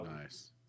Nice